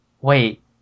wait